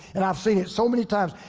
and i've seen it so many times.